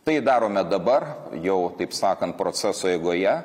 tai darome dabar jau taip sakant proceso eigoje